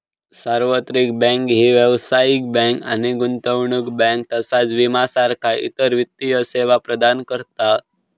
सार्वत्रिक बँक ही व्यावसायिक बँक आणि गुंतवणूक बँक तसाच विमा सारखा इतर वित्तीय सेवा प्रदान करतत